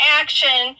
action